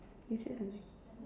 you said something